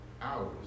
hours